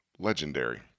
legendary